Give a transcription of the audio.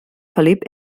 felip